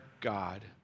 God